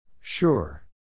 Sure